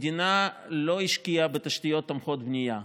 המדינה לא השקיעה בתשתיות תומכות בנייה.